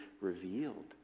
revealed